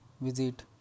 visit